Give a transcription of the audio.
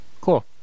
Cool